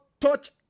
touch